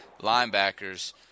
linebackers